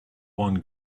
one